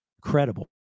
credible